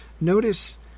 notice